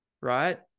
right